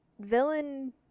villain